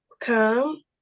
come